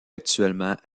actuellement